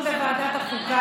מס' 93, מאת חברת הכנסת וסרמן.